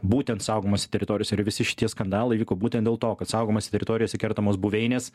būtent saugomose teritorijose ir visi šitie skandalai vyko būtent dėl to kad saugomose teritorijose kertamos buveinės